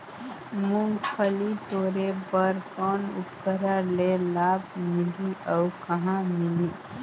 मुंगफली टोरे बर कौन उपकरण ले लाभ मिलही अउ कहाँ मिलही?